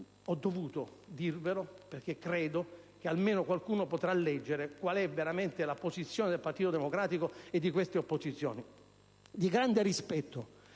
ho dovuto dirvelo, perché credo che almeno qualcuno potrà leggere qual è veramente la posizione del Partito Democratico e di queste opposizioni. Abbiamo svolto